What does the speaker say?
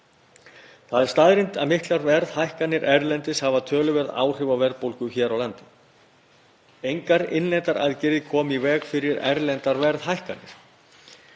Það er staðreynd að miklar verðhækkanir erlendis hafa töluverð áhrif á verðbólgu hér á landi. Engar innlendar aðgerðir koma í veg fyrir erlendar verðhækkanir.